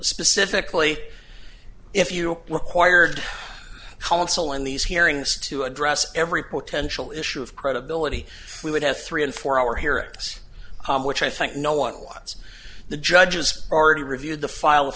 specifically if you require counsel in these hearings to address every potential issue of credibility we would have three and four hour here s which i think no one wants the judge has already reviewed the file if